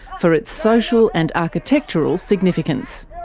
for its social and architectural significance.